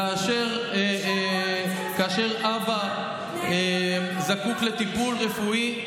כאשר אבא זקוק לטיפול רפואי,